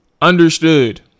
Understood